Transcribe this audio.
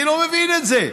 אני לא מבין את זה.